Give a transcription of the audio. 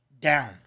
down